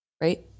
right